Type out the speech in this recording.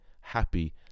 happy